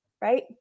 right